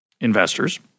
investors